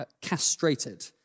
castrated